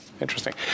Interesting